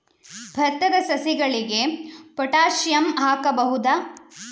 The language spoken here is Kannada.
ಭತ್ತದ ಸಸಿಗಳಿಗೆ ಪೊಟ್ಯಾಸಿಯಂ ಹಾಕಬಹುದಾ?